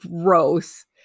gross